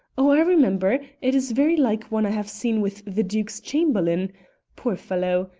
oh! i remember it is very like one i have seen with the duke's chamberlain poor fellow!